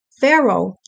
Pharaoh